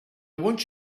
want